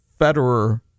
Federer